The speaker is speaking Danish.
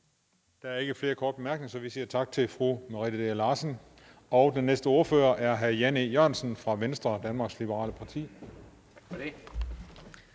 Der er ikke flere korte bemærkninger, så vi siger tak til fru Merete Dea Larsen. Næste ordfører er hr. Jan E. Jørgensen fra Venstre, Danmarks Liberale Parti. Kl.